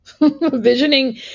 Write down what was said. Visioning